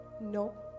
No